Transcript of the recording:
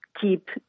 keep